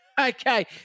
Okay